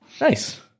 Nice